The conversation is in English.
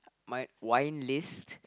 my wine list